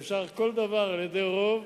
אפשר כל דבר על-ידי רוב